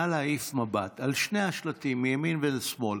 נא להעיף מבט על שני השלטים מימין ומשמאל.